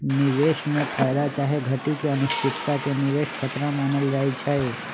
निवेश में फयदा चाहे घटि के अनिश्चितता के निवेश खतरा मानल जाइ छइ